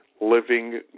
living